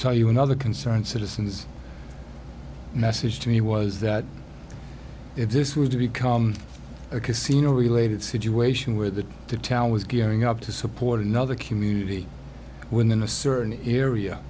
tell you another concern citizens message to me was that if this were to become a casino related situation where the towel was going up to support another community within a certain area